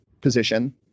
position